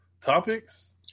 topics